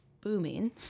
booming